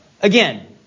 again